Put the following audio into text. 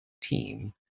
team